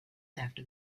after